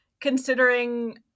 considering